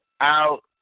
out